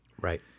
Right